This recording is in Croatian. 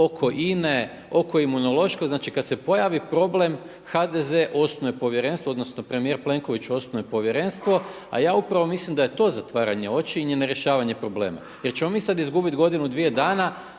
oko INA-e, oko Imunološkog. Znači kada se pojavi problem HDZ osnuje povjerenstvo odnosno premijer Plenković osnuje povjerenstvo, a ja upravo mislim da je to zatvaranje oči i ne rješavanje problema jer ćemo mi sada izgubiti godinu, dvije dana